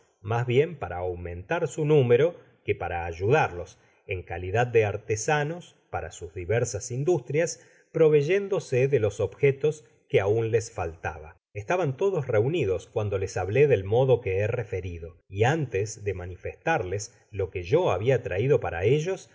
mas bien para aumentar su número que para ayudarlos en calidad de artesanos para sus diversas industrias proveyéndose de los objetos que aun les faltaba estaban todos reunidos cuando les hablé del modo que he referido y antes de manifestarles lo que yo habia traido para ellos